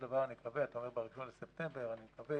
ואני מקווה